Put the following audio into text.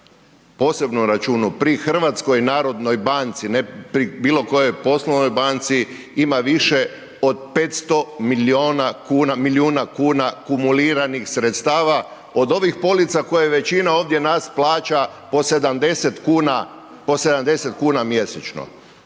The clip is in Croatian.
posebnom računu pri HNB-u, ne pri bilo kojoj poslovnoj banci ima više od 500 milijuna kuna kumuliranih sredstava od ovih polica koje većina ovdje nas plaća po 70 kuna, po